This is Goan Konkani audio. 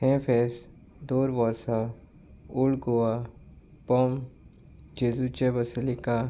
हें फेस्त दर वर्सा ओल्ड गोवा बॉम जेजूचे बसलीका